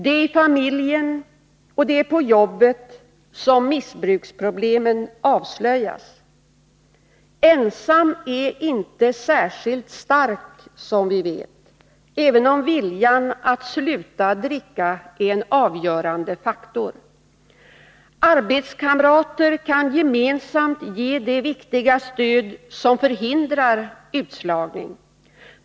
Det är i familjen och på jobbet som missbruksproblemen avslöjas. Ensam är inte särskilt stark, som vi vet, även om viljan att sluta dricka är en avgörande faktor. Arbetskamrater kan gemensamt ge det viktiga stöd som förhindrar utslagning.